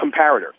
comparator